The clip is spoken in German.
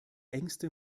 ängste